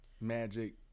Magic